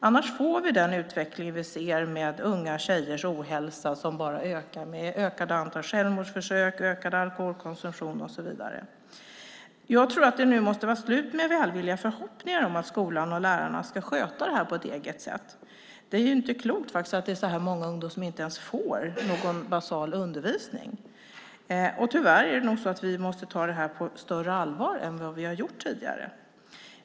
Annars får vi den utveckling vi ser med unga tjejers ohälsa som bara ökar med ett ökat antal självmordsförsök, ökad alkoholkonsumtion och så vidare. Jag tror att det nu måste vara slut med välvilliga förhoppningar om att skolan och lärarna ska sköta det här på ett eget sätt. Det är ju faktiskt inte klokt att det är så här många ungdomar som inte ens får någon basal undervisning. Tyvärr är det nog så att vi måste ta det här på större allvar än vad vi har gjort tidigare.